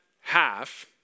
half